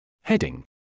Heading